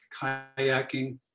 kayaking